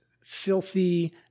filthy